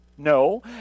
No